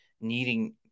needing